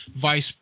vice